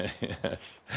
Yes